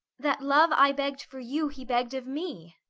that love i begg'd for you he begg'd of me.